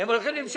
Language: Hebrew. מי נמנע?